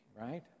right